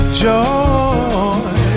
joy